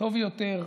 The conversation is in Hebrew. טוב יותר,